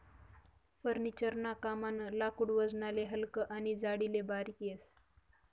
furniture ना कामनं लाकूड वजनले हलकं आनी जाडीले बारीक येस